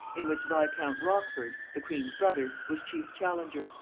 in which viscount rochford, the queen's brother, was chief challenger,